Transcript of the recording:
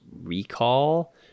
recall